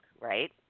right